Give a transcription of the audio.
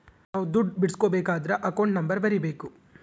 ನಾವ್ ದುಡ್ಡು ಬಿಡ್ಸ್ಕೊಬೇಕದ್ರ ಅಕೌಂಟ್ ನಂಬರ್ ಬರೀಬೇಕು